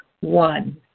One